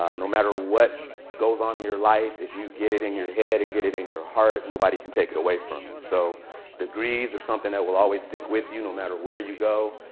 ah no matter what goes on in your life, if you get it in your head and get it in your heart, nobody can take it away from you. so degrees are something that will always stick with you no matter where you go.